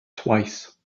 twice